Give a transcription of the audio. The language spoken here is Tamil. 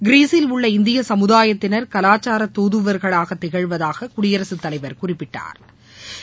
கிரிஸில் உள்ள இந்திய சமுதாயத்தினா் கலாச்சார தூதுவர்களாக திகழ்வதாக குடியரசுத்தலைவா் குறிப்பிட்டா்